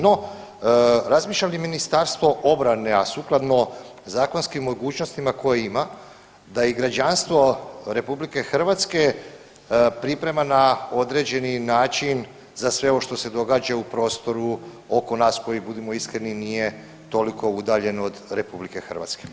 No, razmišlja li ministarstvo obrane, a sukladno zakonskim mogućnostima koje ima da i građanstvo RH priprema na određeni način za sve ovo što se događa u prostoru oko nas koji budimo iskreni nije toliko udaljen do RH.